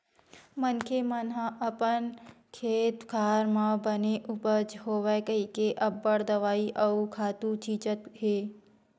मनखे मन ह अपन अपन खेत खार म बने उपज होवय कहिके अब्बड़ दवई अउ खातू छितत हे